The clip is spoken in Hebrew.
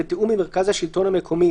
בתיאום עם מרכז השלטון המקומי,